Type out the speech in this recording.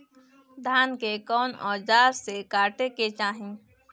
धान के कउन औजार से काटे के चाही?